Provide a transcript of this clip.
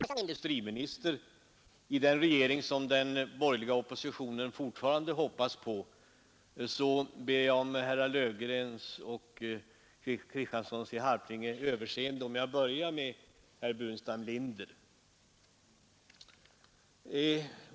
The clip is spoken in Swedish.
Herr talman! Eftersom herr Burenstam Linders partiordförande utpekats som finansminister och herr Burenstam Linder som industriminister i den regering som den borgerliga oppositionen fortfarande hoppas på, ber jag om herrar Löfgrens och Kristianssons i Harplinge överseende med att jag börjar med herr Burenstam Linder.